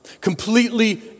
Completely